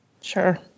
Sure